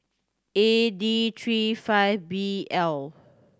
A D three five B L